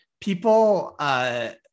people